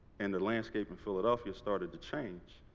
and the landscape in philadelphia started to change,